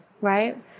right